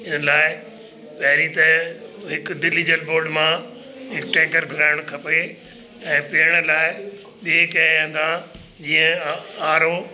इन लाइ पहिरीं त हिकु दिल्ली जल बोर्ड मां हिकु टैंकर घुराइणो खपे ऐं पीअण लाइ ॿिए कंहिं हंधा जीअं आर ओ